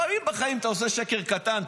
לפעמים בחיים אתה עושה שקר קטן,